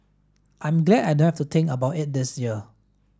I'm glad I don't have to think about it this year